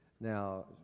Now